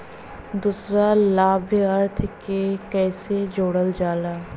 दूसरा लाभार्थी के कैसे जोड़ल जाला?